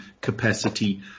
capacity